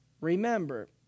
Remember